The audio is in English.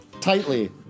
tightly